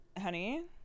Honey